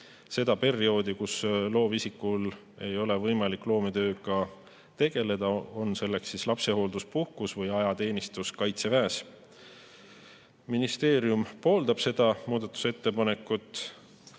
seda perioodi, kus loovisikul ei ole võimalik loometööga tegeleda, olgu [põhjuseks] lapsehoolduspuhkus või ajateenistus Kaitseväes. Ministeerium pooldab seda muudatusettepanekut.